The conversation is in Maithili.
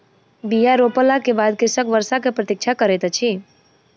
बीया रोपला के बाद कृषक वर्षा के प्रतीक्षा करैत अछि